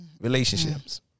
Relationships